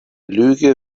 lüge